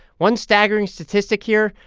one staggering statistic here,